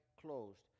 closed